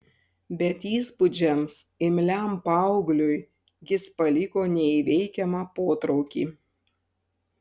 bet įspūdžiams imliam paaugliui jis paliko neįveikiamą potraukį